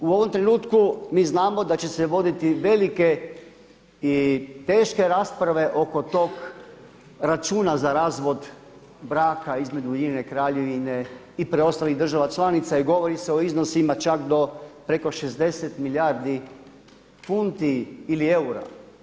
U ovom trenutku mi znamo da će se voditi velike i teške rasprave oko tog računa za razvod braka između UK-a i preostalih država članica i govori se o iznosima čak do preko 60 milijardi funti ili eura.